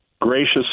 Gracious